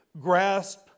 grasp